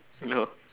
no